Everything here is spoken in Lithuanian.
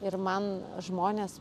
ir man žmonės